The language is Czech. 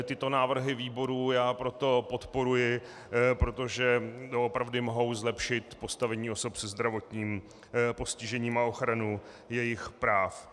Tyto návrhy výborů já proto podporuji, protože doopravdy mohou zlepšit postavení osob se zdravotním postižením a ochranu jejich práv.